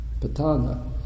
patana